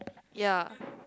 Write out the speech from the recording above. ya